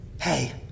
Hey